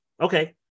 Okay